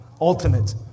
ultimate